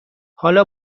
حالا